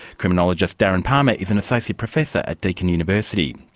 criminologist darren palmer is an associate professor at deakin university.